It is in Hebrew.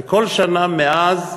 וכל שנה מאז,